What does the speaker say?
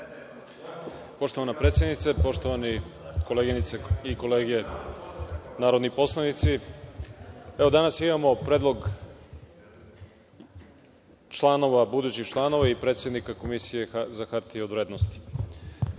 Poštovana predsednice, poštovane koleginice i kolege narodni poslanici, danas imamo predlog budućih članova i predsednika Komisije za hartije od vrednosti.